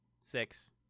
Six